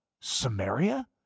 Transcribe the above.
Samaria